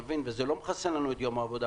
וזה לא מכסה לנו את יום העבודה,